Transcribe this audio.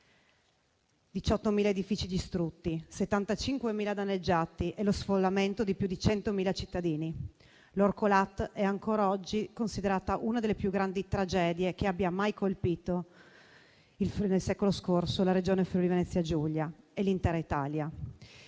18.000 edifici distrutti, 75.000 danneggiati e lo sfollamento di più di 100.000 cittadini. L'Orcolat è ancora oggi considerata una delle più grandi tragedie che abbia mai colpito nel secolo scorso la Regione Friuli-Venezia Giulia e l'intera Italia.